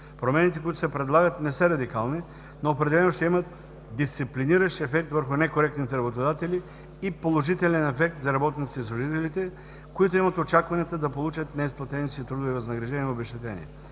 Промените, които се предлагат не са радикални, но определено ще имат дисциплиниращ ефект върху некоректните работодатели и положителен ефект за работниците и служителите, които имат очакванията да получат неизплатените си трудови възнаграждения и обезщетения.